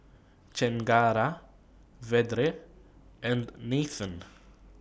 Chengara Vedre and Nathan